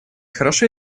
хорошо